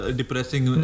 depressing